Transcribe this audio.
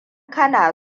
kana